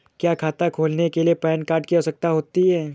क्या खाता खोलने के लिए पैन कार्ड की आवश्यकता होती है?